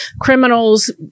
criminals